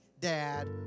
dad